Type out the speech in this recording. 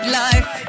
life